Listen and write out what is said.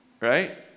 Right